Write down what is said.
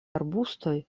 arbustoj